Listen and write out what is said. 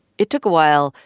it took a while,